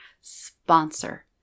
sponsor